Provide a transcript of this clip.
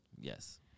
Yes